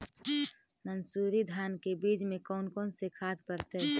मंसूरी धान के बीज में कौन कौन से खाद पड़तै?